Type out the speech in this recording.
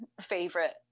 favorite